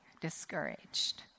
discouraged